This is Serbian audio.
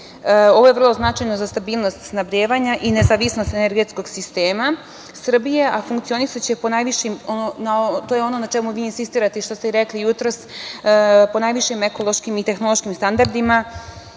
je vrlo značajno za stabilnost snabdevanja i nezavisnost energetskog sistema. Srbija će funkcionisati po najvišim, to je ono na čemu vi insistirate i što ste i rekli jutros, po najvišim ekološkim i tehnološkim standardima.